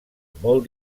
molt